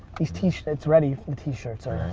these t-shirts, it's ready. t-shirts are,